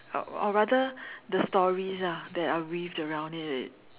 or or rather the stories lah that are weaved around it